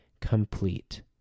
complete